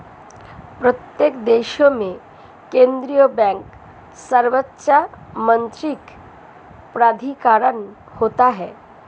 प्रत्येक देश में केंद्रीय बैंक सर्वोच्च मौद्रिक प्राधिकरण होता है